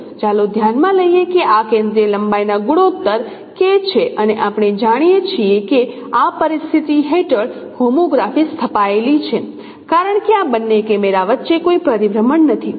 ચાલો ધ્યાનમાં લઈએ કે આ કેન્દ્રીય લંબાઈના ગુણોત્તર k છે અને આપણે જાણીએ છીએ કે આ પરિસ્થિતિ હેઠળ હોમોગ્રાફી સ્થપાયેલી છે કારણ કે આ બંને કેમેરા વચ્ચે કોઈ પરિભ્રમણ નથી